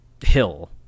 Hill